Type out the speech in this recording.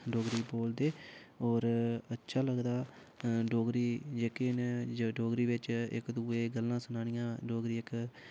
डोगरी बोलदे ओर अच्छा लगदा डोगरी जेह्के न जां डोगरी बिच्च इक दुऐ गी गल्लां सनानियां डोगरी इक